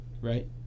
right